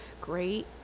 great